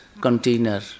container